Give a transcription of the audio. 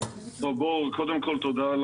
בוא נדבר על